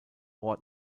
ort